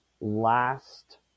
last